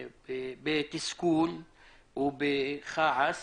בתסכול ובכעס